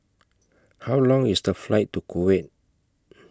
How Long IS The Flight to Kuwait